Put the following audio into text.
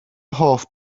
hoff